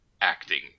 acting